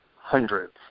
hundreds